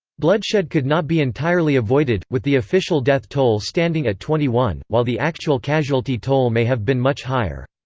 bloodshed could not be entirely avoided, with the official death toll standing at twenty one, while the actual casualty toll may have been much higher.